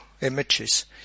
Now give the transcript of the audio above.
images